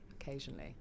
occasionally